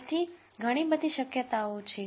તેથી ઘણી બધી શક્યતાઓ છે